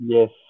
Yes